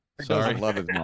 Sorry